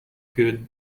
could